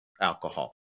alcohol